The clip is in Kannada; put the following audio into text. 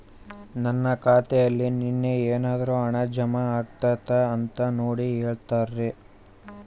ನನ್ನ ಖಾತೆಯಲ್ಲಿ ನಿನ್ನೆ ಏನಾದರೂ ಹಣ ಜಮಾ ಆಗೈತಾ ಅಂತ ನೋಡಿ ಹೇಳ್ತೇರಾ?